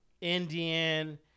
Indian